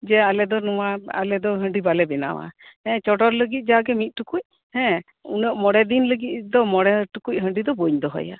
ᱡᱮ ᱟᱞᱮ ᱫᱚ ᱱᱚᱣᱟ ᱟᱞᱮ ᱫᱚ ᱦᱟᱺᱰᱤ ᱵᱟᱞᱮ ᱵᱚᱱᱟᱣᱟ ᱦᱮᱸ ᱪᱚᱰᱚᱨ ᱞᱟᱹᱜᱤᱫ ᱫᱚ ᱢᱤᱫ ᱴᱩᱠᱩᱡ ᱩᱱᱟᱹᱜ ᱢᱚᱬᱮ ᱫᱤᱱ ᱞᱟᱹᱜᱤᱫ ᱢᱚᱬᱮ ᱴᱩᱠᱩᱡ ᱫᱚ ᱵᱟᱹᱧ ᱫᱚᱦᱚᱭᱟ